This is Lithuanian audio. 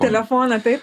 telefoną taip